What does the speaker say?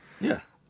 Yes